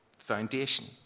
Foundation